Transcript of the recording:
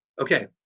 Okay